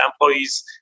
employees